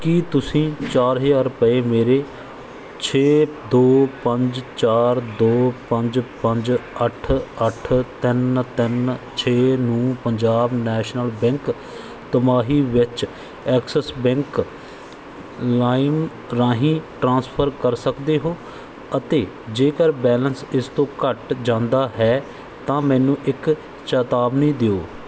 ਕੀ ਤੁਸੀਂਂ ਚਾਰ ਹਜ਼ਾਰ ਰੁਪਏ ਮੇਰੇ ਛੇ ਦੋ ਪੰਜ ਚਾਰ ਦੋ ਪੰਜ ਪੰਜ ਅੱਠ ਅੱਠ ਤਿੰਨ ਤਿੰਨ ਛੇ ਨੂੰ ਪੰਜਾਬ ਨੈਸ਼ਨਲ ਬੈਂਕ ਤਿਮਾਹੀ ਵਿੱਚ ਐਕਸਿਸ ਬੈਂਕ ਲਾਇਮ ਰਾਹੀਂ ਟ੍ਰਾਂਸਫਰ ਕਰ ਸਕਦੇ ਹੋ ਅਤੇ ਜੇਕਰ ਬੈਲੇਂਸ ਇਸ ਤੋਂ ਘੱਟ ਜਾਂਦਾ ਹੈ ਤਾਂ ਮੈਨੂੰ ਇੱਕ ਚੇਤਾਵਨੀ ਦਿਓ